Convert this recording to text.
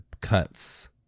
cuts